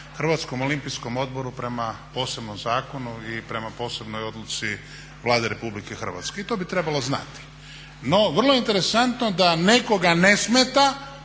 prema HOO-u prema posebnom zakonu i prema posebnoj odluci Vlade RH. I to bi trebalo znati. No, vrlo je interesantno da nekoga ne smeta